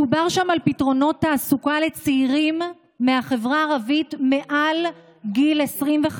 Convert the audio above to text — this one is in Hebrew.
מדובר שם על פתרונות תעסוקה לצעירים מהחברה הערבית מעל גיל 25